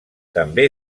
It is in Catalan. també